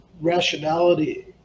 rationality